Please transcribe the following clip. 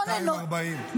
240 מיליון.